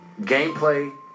gameplay